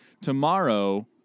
Tomorrow